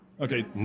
Okay